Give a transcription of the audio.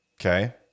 okay